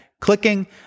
clicking